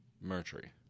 Mercury